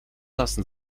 lassen